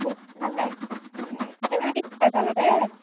আচলতে